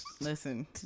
Listen